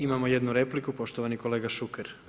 Imamo jednu repliku poštovani kolega Šuker.